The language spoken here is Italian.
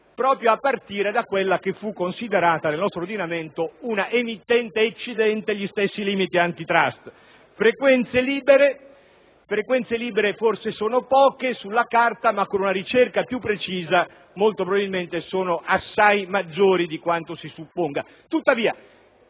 proprio a partire da quella che fu considerata nel nostro ordinamento un'emittente eccedente gli stessi limiti *antitrust*. Le frequenze libere sono forse poche sulla carta, ma con una ricerca più precisa si rivelano probabilmente assai maggiori di quanto si suppone.